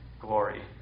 glory